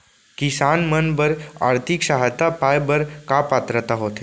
किसान मन बर आर्थिक सहायता पाय बर का पात्रता होथे?